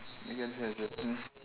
mm understand understand